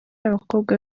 abakobwa